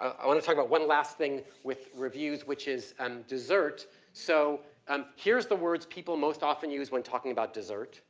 i wanna talk about one last thing with reviews which is um dessert so um here's the words people most often use when talking about dessert.